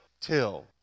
Till